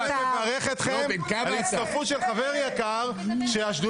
אני מברך אתכם על הצטרפות של חבר יקר שהשדולה